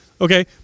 okay